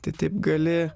tai taip gali